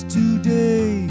today